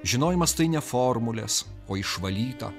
žinojimas tai ne formulės o išvalyta